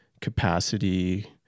capacity